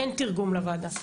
אין תרגום לוועדה.